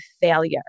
failure